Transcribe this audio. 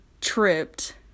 tripped